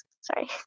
Sorry